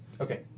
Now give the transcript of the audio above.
Okay